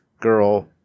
girl